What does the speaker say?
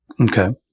Okay